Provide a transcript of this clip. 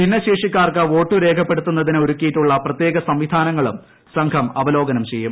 ഭിന്നശേഷിക്കാർക്ക് വോട്ട് രേഖപ്പെടുത്തുന്നതിന് ഒരുക്കിയിട്ടുള്ള പ്രത്യേക സംവിധാനങ്ങളും സംഘം അവലോകനം ചെയ്യും